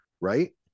right